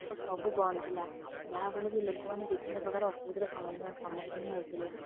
ଓ ସବୁ ବନ୍ଦ ଥିଲା ଯାହାଫଳରେ କି ଲୋକମାନେ ବିଭିନ୍ନ ପ୍ରକାର ଅସୁବିଧାର ସମ୍ମୁଖୀନ ହେଉଥିଲେ